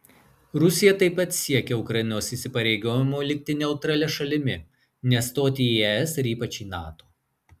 rusija taip pat siekia ukrainos įsipareigojimo likti neutralia šalimi nestoti į es ir ypač į nato